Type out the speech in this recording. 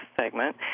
segment